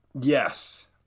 yes